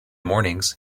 mornings